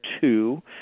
two